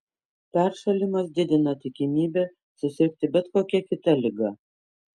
peršalimas didina tikimybę susirgti bet kokia kita liga